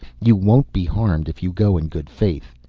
you won't be harmed if you go in good faith.